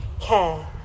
care